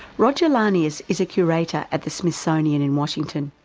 roger launius is a curator at the smithsonian in washington,